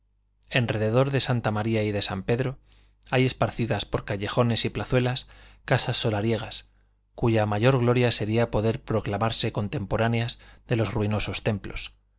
rededor de santa maría y de san pedro hay esparcidas por callejones y plazuelas casas solariegas cuya mayor gloria sería poder proclamarse contemporáneas de los ruinosos templos